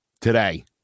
today